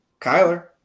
Kyler